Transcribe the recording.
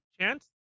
chance